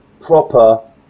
proper